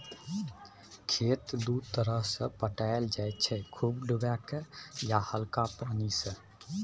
खेत दु तरहे पटाएल जाइ छै खुब डुबाए केँ या हल्का पानि सँ